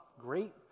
great